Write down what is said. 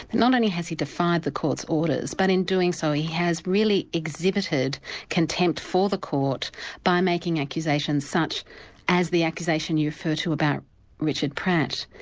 not only has he defied the court's orders, but in doing so he has really exhibited contempt for the court by making accusations such as the accusation you refer to about richard pratt.